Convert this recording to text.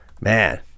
Man